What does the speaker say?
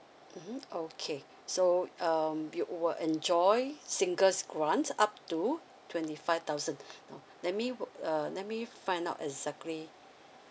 mm okay so um you will enjoy single grants up to twenty five thousand now let me uh let me find out exactly